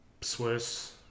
Swiss